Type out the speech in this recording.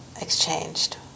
exchanged